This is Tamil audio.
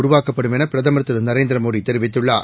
உருவாக்கப்படும் என பிரதமர் திரு நரேந்திர மோடி தெரிவித்துள்ளார்